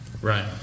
Right